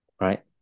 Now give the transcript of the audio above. right